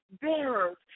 bearers